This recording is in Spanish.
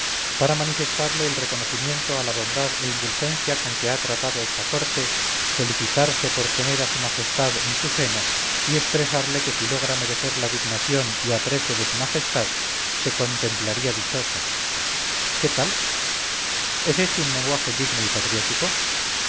para manifestarle el reconocimiento a la bondad e indulgencia con que ha tratado esta corte felicitarse por tener a s m en su seno y expresarle que si lograba merecer la dignación y aprecio de s m se contemplaría dichosa qué tal es este un lenguaje digno y patriótico